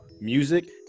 music